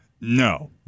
No